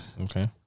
Okay